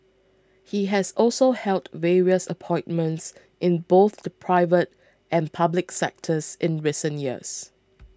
he has also held various appointments in both the private and public sectors in recent years